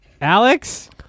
Alex